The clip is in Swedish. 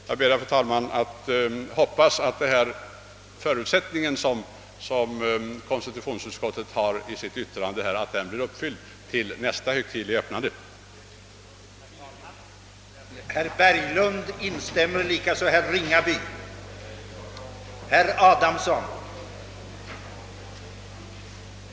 Jag ber, herr talman, att få uttala förhoppningen att den förutsättning som utskottet byggt sitt resonemang på skall visa sig riktig vid nästa högtidliga öppnande av riksdagen.